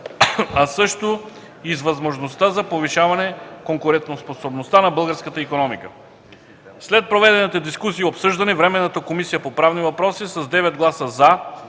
а също и с възможността за повишаване конкурентоспособността на българската икономика. След проведената дискусия и обсъждане Временната комисия по правни въпроси с 9 гласа „за”,